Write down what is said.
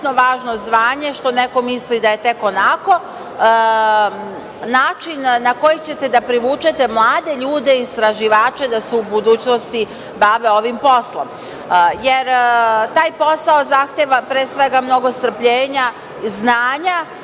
važno zvanje, što neko misli da je tek onako, način na koji ćete da privučete mlade ljude istraživače da se u budućnosti bave ovim poslom. Jer, taj posao zahteva, pre svega, mnogo strpljenja, znanja,